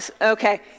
okay